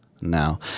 now